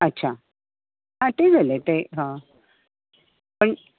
अच्छा आं तें जालें तें पण